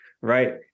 right